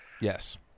Yes